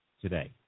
today